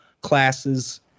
classes